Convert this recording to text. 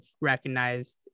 recognized